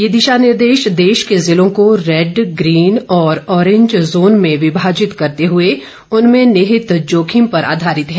ये दिशा निर्देश देश के जिलों को रेड ग्रीन और अॅरिंज जोन में विभाजित करते हुए उनमें निहित जोखिम पर आधारित हैं